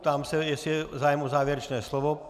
Ptám se, jestli je zájem o závěrečné slovo.